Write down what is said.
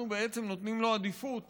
אנחנו בעצם נותנים לו עדיפות